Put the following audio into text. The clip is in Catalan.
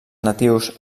natius